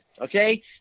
okay